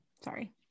sorry